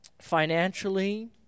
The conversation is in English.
financially